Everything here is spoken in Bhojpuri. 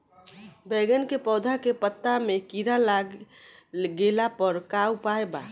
बैगन के पौधा के पत्ता मे कीड़ा लाग गैला पर का उपाय बा?